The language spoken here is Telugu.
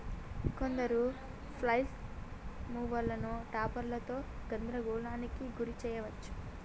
కొందరు ఫ్లైల్ మూవర్లను టాపర్లతో గందరగోళానికి గురి చేయచ్చు